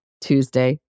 Tuesday